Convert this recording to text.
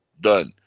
done